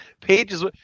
pages